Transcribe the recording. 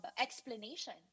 explanation